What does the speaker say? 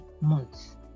months